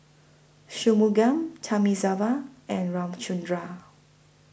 Shunmugam Thamizhavel and Ramchundra